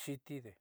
xitide.